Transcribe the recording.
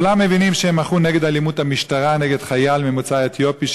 כולם מבינים שהם מחו על אלימות המשטרה נגד חייל ממוצא אתיופי,